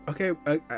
Okay